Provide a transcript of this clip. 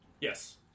Yes